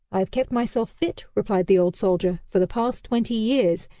i have kept myself fit, replied the old soldier, for the past twenty years,